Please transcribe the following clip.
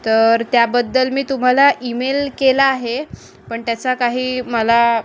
तर त्याबद्दल मी तुम्हाला ईमेल केला आहे पण त्याचा काही मला